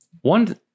one